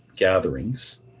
gatherings